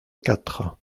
quatre